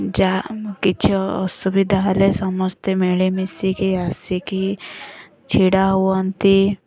ଯାହା କିଛି ଅସୁବିଧା ହେଲେ ସମସ୍ତେ ମିଳିମିଶିକି ଆସିକି ଛିଡ଼ା ହୁଅନ୍ତି